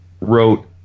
wrote